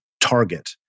target